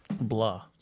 Blah